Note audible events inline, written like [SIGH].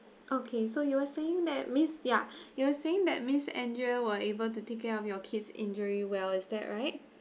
okay so you were saying that miss ya [BREATH] you were saying that miss andrea were able to take care of your kid's injury well is that right